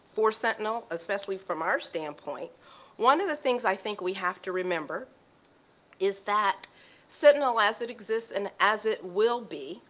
for sentinel especially from our standpoint one of the things i think we have to remember is that sentinel as it exists and as it will be,